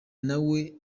nawe